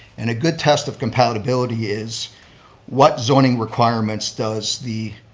and a good test of compatibility is what zoning requirements does the